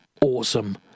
awesome